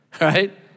right